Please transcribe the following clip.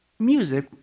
Music